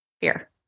fear